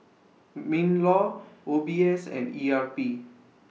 MINLAW O B S and E R P